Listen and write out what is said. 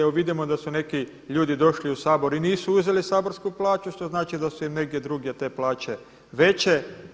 Evo vidimo da su neki ljudi došli u Sabor i nisu uzeli saborsku plaću što znači da su im negdje drugdje te plaće veće.